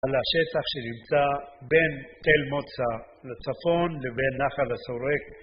על השטח שנמצא בין תל מוצא לצפון לבין נחל הסורק